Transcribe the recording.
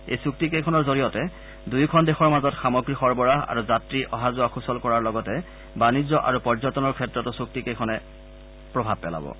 এই চুক্তি কেইখনৰ জৰিয়তে দুয়োখন দেশৰ মাজত সামগ্ৰী সৰবৰাহ আৰু যাত্ৰী অহা যোৱা সূচল হোৱাৰ লগতে বানিজ্য আৰু পৰ্যটনৰ ক্ষেত্ৰতো চুক্তি কেইখনে প্ৰভাৱ পেলাব বুলি